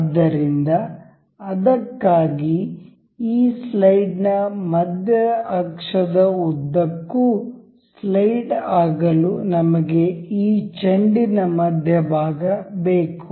ಆದ್ದರಿಂದ ಅದಕ್ಕಾಗಿ ಈ ಸ್ಲೈಡ್ನ ಮಧ್ಯ ಅಕ್ಷದ ಉದ್ದಕ್ಕೂ ಸ್ಲೈಡ್ ಆಗಲು ನಮಗೆ ಈ ಚೆಂಡಿನ ಮಧ್ಯಭಾಗ ಬೇಕು